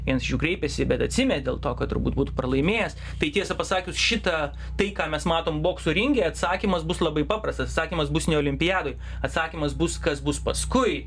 vienas iš jų kreipėsi bet atsiėmė dėl to kad turbūt būtų pralaimėjęs tai tiesa pasakius šitą tai ką mes matom bokso ringe atsakymas bus labai paprastas atsakymas bus ne olimpiadoj atsakymas bus kas bus paskui